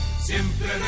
Siempre